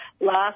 last